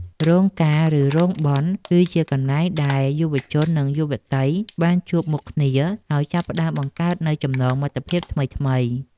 រោងការឬរោងបុណ្យ គឺជាកន្លែងដែលយុវជននិងយុវតីបានជួបមុខគ្នា ហើយចាប់ផ្ដើមបង្កើតនូវចំណងមិត្តភាពថ្មីៗ។